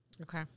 Okay